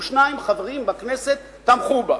52 חברים בכנסת תמכו בה.